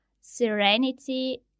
serenity